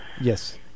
yes